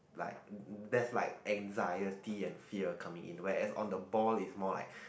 like there's like anxiety and fear coming in whereas on the ball it's more like